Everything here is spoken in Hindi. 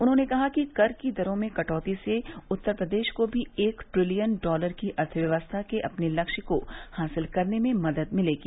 उन्होंने कहा कि कर की दरों में कटौती से उत्तर प्रदेश को भी एक ट्रिलियन डालर की अर्थव्यवस्था के अपने लक्ष्य को हासिल करने में मद्द मिलेगी